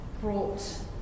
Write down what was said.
brought